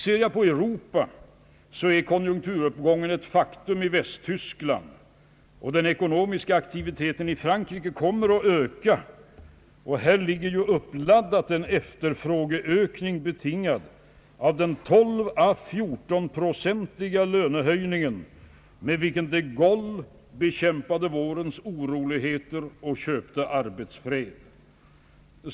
Vad beträffar Europa är konjunkturuppgången ett faktum i Västtyskland. Den ekonomiska aktiviteten i Frankrike kommer att öka, och där ligger ju uppladdad en efterfrågeökning betingad av den lönehöjning med 12 å 14 procent med vilken de Gaulle bekämpade vårens oroligheter och köpte arbetsfred.